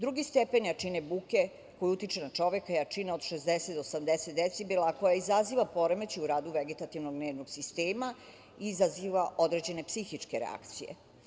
Drugi stepen jačine buke koji utiče na čoveka je jačina od 60 do 80 decibela, a koja izaziva poremećaj u radi vegetativnog nervnog sistema i izaziva određene psihičke reakcije.